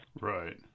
right